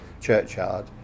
churchyard